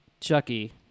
Chucky